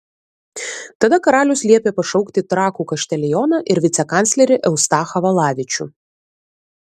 tada karalius liepė pašaukti trakų kaštelioną ir vicekanclerį eustachą valavičių